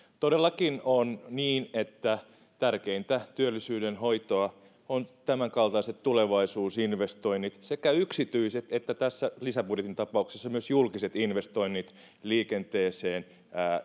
todellakin on niin että tärkeintä työllisyyden hoitoa ovat tämänkaltaiset tulevaisuusinvestoinnit sekä yksityiset että tässä lisäbudjetin tapauksessa myös julkiset investoinnit liikenteeseen